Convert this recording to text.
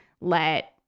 let